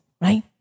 right